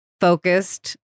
focused